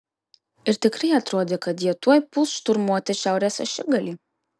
ir tikrai atrodė kad jie tuoj puls šturmuoti šiaurės ašigalį